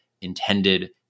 intended